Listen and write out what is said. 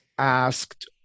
Asked